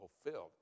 fulfilled